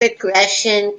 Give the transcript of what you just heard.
regression